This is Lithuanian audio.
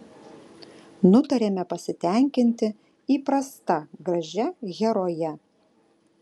nutarėme pasitenkinti įprasta gražia heroje